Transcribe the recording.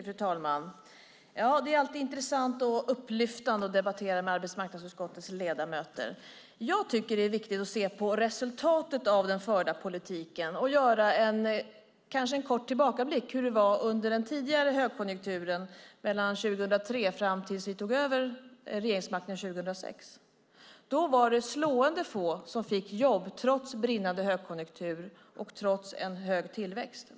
Fru talman! Det är alltid intressant och upplyftande att debattera med arbetsmarknadsutskottets ledamöter. Jag tycker att det är viktigt att se på resultatet av den förda politiken och göra en kort tillbakablick på hur det var under den tidigare högkonjunkturen, från 2003 fram till 2006 när vi tog över regeringsmakten. Då var det slående få som fick jobb trots brinnande högkonjunktur och trots en hög tillväxt.